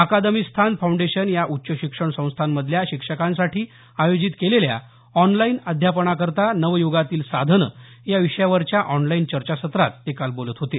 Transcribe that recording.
अकादमीस्थान foundation या उच्चशिक्षण संस्थांमधल्या शिक्षकांसाठी आयोजित केलेल्या ऑनलाईन अध्यापनाकरता नव यूगातील साधने या विषयावरच्या ऑनलाईन चर्चासत्रात ते काल बोलत होते